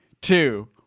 Two